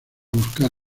buscar